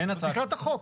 תקרא את החוק.